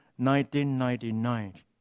1999